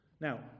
Now